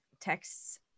texts